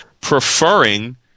preferring –